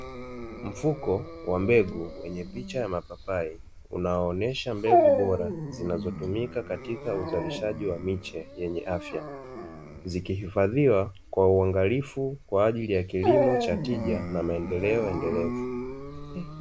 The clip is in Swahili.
Mfuko wa mbegu wenye picha ya mapapai, unaoonyesha mbegu bora, zinazotumika katika uzalishaji wa miche yenye afya. Zikihifadhiwa kwa uangalifu kwa ajili ya kilimo cha tija, na maendeleo endelevu.